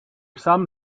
some